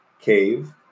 cave